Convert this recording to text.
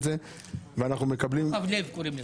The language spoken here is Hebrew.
זה ואנחנו מקבלים --- רוחב לב קוראים לזה.